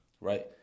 right